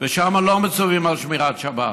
ושם לא מצווים על שמירת שבת,